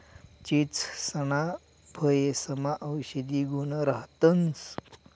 चीचसना फयेसमा औषधी गुण राहतंस